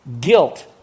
guilt